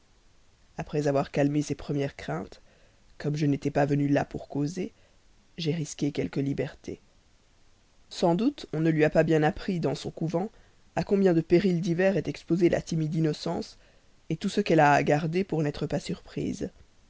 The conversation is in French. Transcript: après avoir calmé ses premières craintes comme je n'étais pas venu là pour causer j'ai risqué quelques libertés sans doute on ne lui a pas bien appris dans son couvent à combien de périls divers est exposée la timide innocence tout ce qu'elle a à garder pour n'être pas